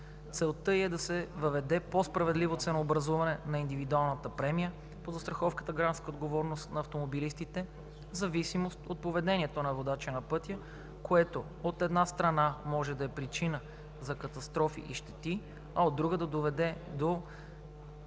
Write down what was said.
Целта е да се въведе по-справедливо ценообразуване на индивидуалната премия по застраховката „Гражданска отговорност на автомобилистите“ – в зависимост от поведението на водача на пътя, което, от една страна, може да е причина за катастрофи и щети, а от друга, да доведе до